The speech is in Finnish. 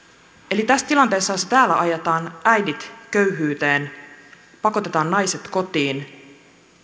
eli tässä tilanteessa jossa ajetaan äidit köyhyyteen pakotetaan naiset kotiin